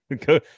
go